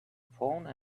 phone